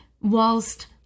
whilst